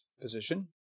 position